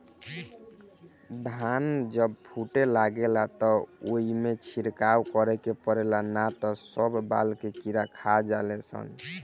धान जब फूटे लागेला त ओइमे छिड़काव करे के पड़ेला ना त सब बाल के कीड़ा खा जाले सन